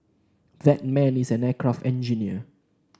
that man is an aircraft engineer